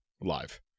live